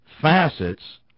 facets